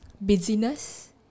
Busyness